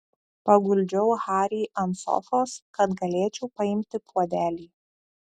paguldžiau harį ant sofos kad galėčiau paimti puodelį